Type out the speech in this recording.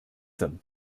them